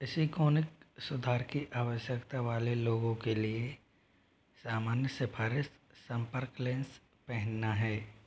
इसिकोनिक सुधार की आवश्यकता वाले लोगों के लिए सामान्य सिफारिश सम्पर्क लेंस पहनना है